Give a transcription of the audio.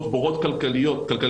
כאזרח,